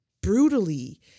brutally